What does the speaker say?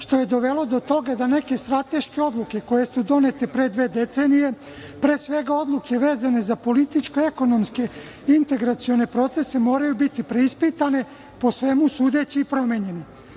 što je dovelo do toga da neke strateške odluke koje su donete pre dve decenije, pre svega odluke vezane za političke, ekonomske i integracione procese moraju biti preispitane, po svemu sudeći i promenjene. Svet